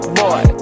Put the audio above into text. boy